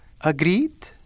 Agreed